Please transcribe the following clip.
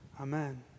Amen